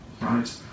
right